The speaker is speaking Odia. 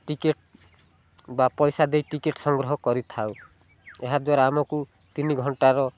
ଟିକେଟ୍ ବା ପଇସା ଦେଇ ଟିକେଟ୍ ସଂଗ୍ରହ କରିଥାଉ ଏହା ଦ୍ୱାରା ଆମକୁ ତିନି ଘଣ୍ଟାର